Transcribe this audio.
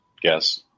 guess